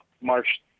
March